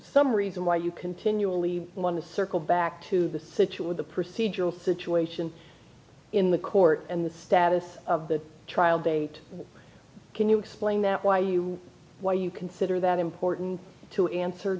some reason why you continually want to circle back to the situ with the procedural situation in the court and the status of the trial date can you explain that why you why you consider that important to answer